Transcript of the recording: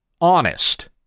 honest